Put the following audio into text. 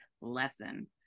lesson